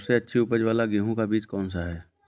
सबसे अच्छी उपज वाला गेहूँ का बीज कौन सा है?